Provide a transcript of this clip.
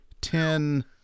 ten